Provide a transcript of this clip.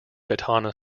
katana